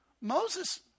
Moses